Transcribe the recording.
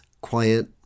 quiet